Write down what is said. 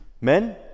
men